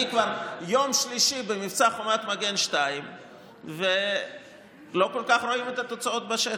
אני כבר יום שלישי במבצע חומת מגן 2 ולא כל כך רואים את התוצאות בשטח,